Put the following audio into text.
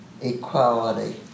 equality